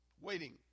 waiting